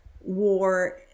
war